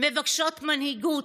מבקשות מנהיגות,